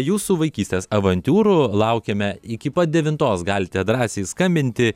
jūsų vaikystės avantiūrų laukiame iki pat devintos galite drąsiai skambinti